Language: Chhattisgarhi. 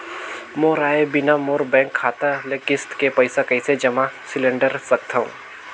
मोर आय बिना मोर बैंक खाता ले किस्त के पईसा कइसे जमा सिलेंडर सकथव?